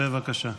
בבקשה.